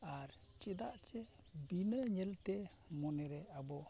ᱟᱨ ᱪᱮᱫᱟᱜ ᱪᱮ ᱵᱤᱱᱟᱹ ᱧᱮᱞᱛᱮ ᱢᱚᱱᱮᱨᱮ ᱟᱵᱚ